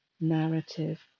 narrative